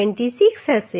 26 હશે